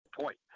Point